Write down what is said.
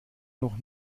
noch